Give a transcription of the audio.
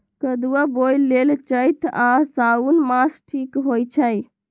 कदुआ बोए लेल चइत आ साओन मास ठीक होई छइ